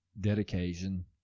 dedication